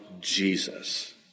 Jesus